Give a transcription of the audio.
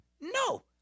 no